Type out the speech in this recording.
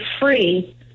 free